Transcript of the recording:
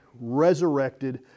resurrected